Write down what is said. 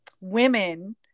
women